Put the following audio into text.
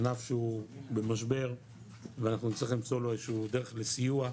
ענף שהוא במשבר ואנחנו נצטרך למצוא לו איזו שהיא דרך לסיוע,